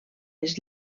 les